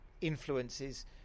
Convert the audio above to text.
influences